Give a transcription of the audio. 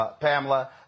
Pamela